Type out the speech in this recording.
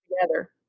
together